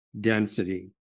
density